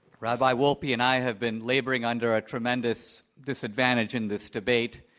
rabbi wolpe and i have been laboring under a tremendous disadvantage in this debate.